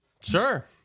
sure